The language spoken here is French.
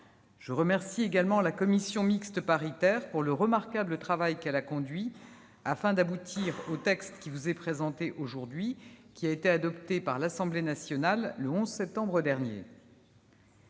Je remercie également la commission mixte paritaire du remarquable travail qu'elle a mené, afin d'aboutir au texte qui vous est soumis ce matin, adopté par l'Assemblée nationale le 11 septembre dernier.